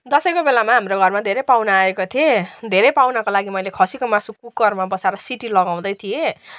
दसैँको बेलामा हाम्रो घरमा धेरै पाहुना आएका थिए धेरै पाहुनाको लागि मैले खसीको मासु कुकरमा बसाएर सिटी लगाउँदै थिएँ